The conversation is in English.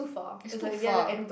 is too far